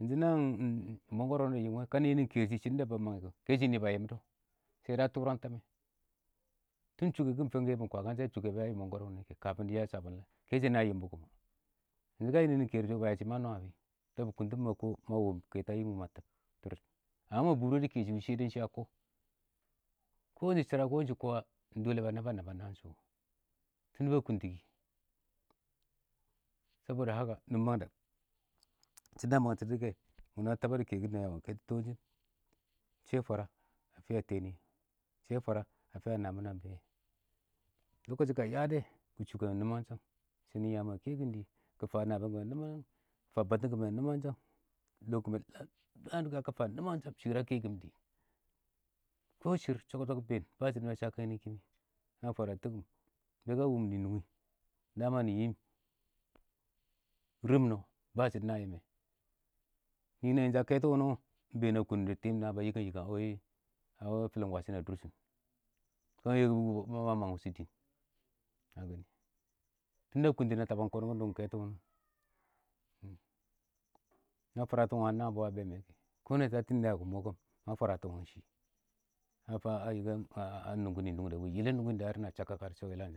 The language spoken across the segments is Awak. ﻿ naan mɔngɔr wʊnɪ dɪ yiim wɛ, ka nɪ nɪ kɛshɪ shɪdɔn da ma mangɛ kɔ, kɛshɛ nɪ ba yɪmdɔ, a tʊrang tamɛ tʊn shʊkɛkɪn fangkuwɪ bʊng kwakɛn shɛ a shʊkɛ bʊ,a fɪ ba yɪm mɔngɔr wʊnɪ kamɪn dɪ yaa sabɔn layɪ. kɛshɛ nɪ a yɪmbɔ bʊng, wʊnɪ kamɪ yɛ mɪn mɪ kɛɛn shɔ kɔ, ba nab shɪ ma nwa a fɪ,tab bɪ kʊntɪmɪ ma kɔ ma wɔm kɛtɔ a yɪ mʊ, ma nam twɪrɪt ma bʊrɛdʊ kɛshɪ wʊ, shɛ dɛ ɪng shɪ a kɔ, kɔ ɪng shɪ shɪra, kɔ ɪng shɪ kɔ a ma ba naban naban nan shʊ, tʊn ba kʊntɪ nɪ mangtɔ shɪ dɔ nɪ mangtɛ, ɪng mɔ nama kɛkɪn kɛtɔ tɔɔn shɪ, shɛ fwara a fɪya tɛɛ nɪyɛ, shɛ fwara a fɪya nɪbɪnɪ a bɛ wɛ ka yadɛ, kɪ shʊgɛ nɪmangshng, shɪnɪn yaam a kɛkɪm dɪ, kɪ fa nabɪyan kimə yɪlangshang, kɪ fa batɪm kimə nɪmanshang, lɔ kimə daan kɪ fa nɪmangshang, shɪrr a kɛkɪm dɪ, kɔ shɪrr shɔk shɔk ɪng been Na fwaratɪkɪm bɛ ka wʊmnɪ nʊngɪ da ma yɪm, rɪm nɔ ba shɪdɔ wɪ na yɪm mɛ, ninəng a kɛtɔ wʊnɪ wɔ, na kʊn dɪ tiim ing na yɪkɛm a wɪ fɪlɪn wash shɪn dɪ shɪ nɪ, ma yɪkɛ bʊ kʊ,ma mang tɛshɔ dɪɪn, tʊnna kʊntɪn na tabam kɔn kɛtɔ wʊnɪ. na fwaratɪn nabɪyang wʊnɪ a bɛ mɛ kɛ, ma fwaratɪshɪm ɪng shɪ, a fa a yɪgɛma nʊngɪ nʊngdɛ yɪlɪn wɪ ɪng da, na daar na shak kaka dɪ shɔ Kɔ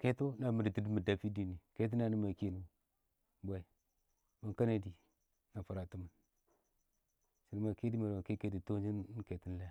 kɛ, kɛtɔ na bɪ mɪndidʊ a fɪ dɪɪn nɪ kɛtɔ ɪng nanɪ ma kɛ wɪ nɪ mang kɛnɛdɪ, ma fwaratɪmɪn shɪdɔ ma kɛdɪ ma kɛdʊ kɛtɔ tɔɔn shɪ ɪng kɛtɔn le.